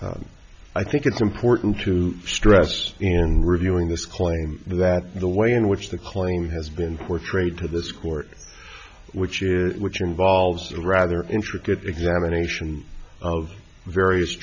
claim i think it's important to stress in reviewing this claim that the way in which the claim has been portrayed to this court which is which involves a rather intricate examination of various